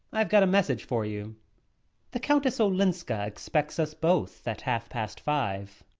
i've got a message for you the countess olenska expects us both at half-past five.